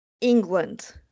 England